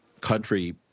country –